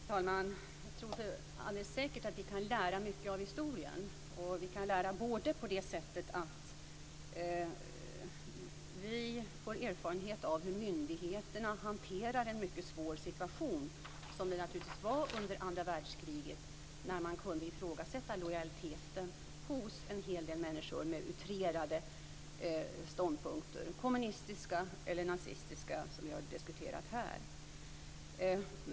Fru talman! Jag tror alldeles säkert att vi kan lära mycket av historien. Vi kan lära både på det sättet att vi får erfarenhet av hur myndigheterna hanterade en mycket svår situation, som det naturligtvis var under andra världskriget, när man kunde ifrågasätta lojaliteten hos en hel del människor med utrerade ståndpunkter. Det gällde både kommunistiska och nazistiska sådana, som vi har diskuterat här.